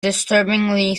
disturbingly